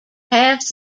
pass